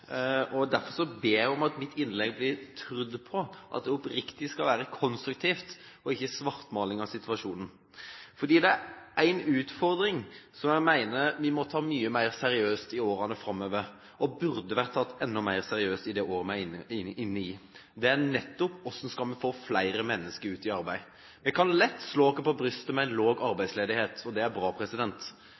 ikke en svartmaling av situasjonen. Det er en utfordring som jeg mener vi må ta mye mer seriøst i årene framover, og som burde vært tatt mye mer seriøst i det året vi er inne i, og det er hvordan vi skal få flere mennesker ut i arbeid. Vi kan lett slå oss på brystet med lav arbeidsledighet, og det er bra,